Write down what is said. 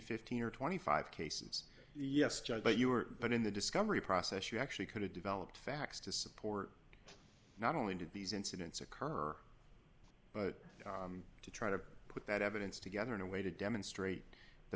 fifteen or twenty five cases yes judge but you were put in the discovery process you actually could have developed facts to support not only did these incidents occur but to try to put that evidence together in a way to demonstrate the